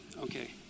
okay